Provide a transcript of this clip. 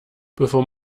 bevor